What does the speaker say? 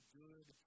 good